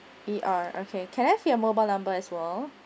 E R okay can I have your mobile number as well